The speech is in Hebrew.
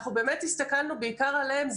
אנחנו באמת הסתכלנו בעיקר עליהן.